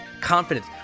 confidence